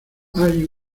hay